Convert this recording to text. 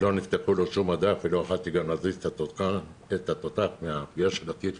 לא נפתח לו שום מדף ולא יכולתי גם להזיז את התותח בשל הפגיעה של הטיל.